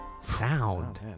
sound